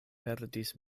perdis